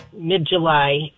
mid-July